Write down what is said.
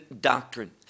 doctrine